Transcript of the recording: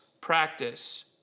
practice